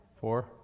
Four